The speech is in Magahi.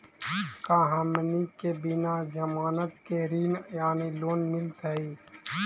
का हमनी के बिना जमानत के ऋण यानी लोन मिलतई?